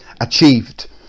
achieved